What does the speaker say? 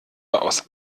aus